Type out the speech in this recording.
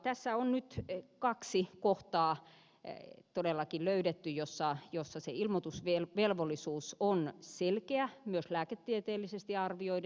tässä on nyt todellakin löydetty kaksi kohtaa joissa se ilmoitusvelvollisuus on selkeä myös lääketieteellisesti arvioiden